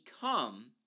become